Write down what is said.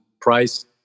Price